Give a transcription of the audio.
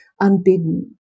unbidden